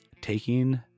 Taking